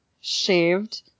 shaved